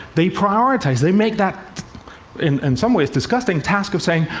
they prioritize. they make that in and some ways disgusting task of saying,